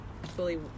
fully